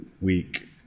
week